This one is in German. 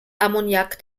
ammoniak